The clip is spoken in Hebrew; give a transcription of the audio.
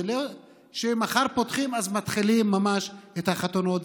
זה לא שמחר פותחים אז מתחילים ממש את החתונות.